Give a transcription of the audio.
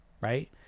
right